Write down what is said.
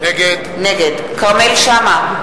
נגד כרמל שאמה,